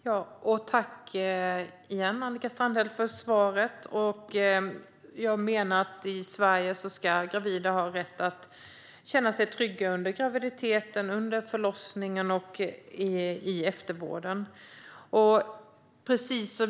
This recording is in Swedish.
Fru talman! Tack än en gång, Annika Strandhäll, för svaret! Jag menar att i Sverige ska gravida ha rätt att känna sig trygga under graviditeten, vid förlossningen och i eftervården.